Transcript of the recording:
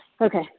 Okay